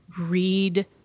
read